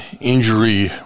injury